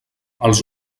els